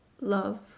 love